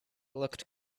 looked